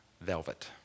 velvet